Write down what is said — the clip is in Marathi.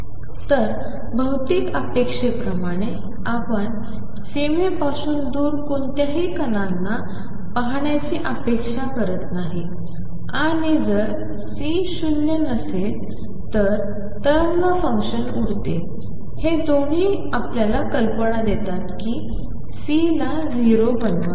तर भौतिक अपेक्षेप्रमाणे आपण सीमेपासून दूर कोणत्याही कणांना पाहण्याची अपेक्षा करत नाही आणि जर C शून्य न नसेल तर तरंग फंक्शन उडते हे दोन्ही आपल्याला कल्पना देतात की C ला 0 बनवावे